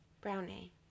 brownie